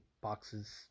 boxes